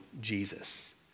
Jesus